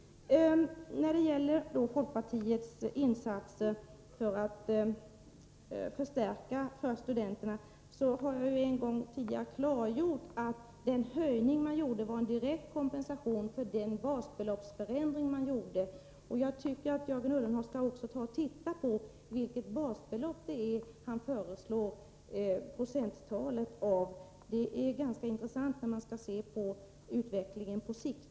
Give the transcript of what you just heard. När det gäller folkpartiets insatser för studerande har jag redan en gång tidigare klargjort att den höjning som gjordes var en direkt kompensation för den basbeloppsförändring som genomfördes. Jag tycker att Jörgen Ullenhag skall titta på vad det är för basbelopp som hans procenttal skall utgå på. Det är ganska intressant med tanke på utvecklingen på sikt.